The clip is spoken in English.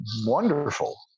wonderful